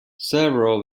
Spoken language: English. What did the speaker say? several